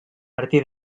martí